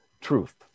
truth